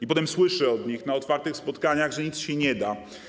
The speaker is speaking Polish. A potem słyszę od nich na otwartych spotkaniach, że nic się zrobić nie da.